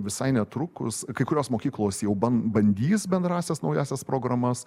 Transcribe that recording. visai netrukus kai kurios mokyklos jau ban bandys bendrąsias naująsias programas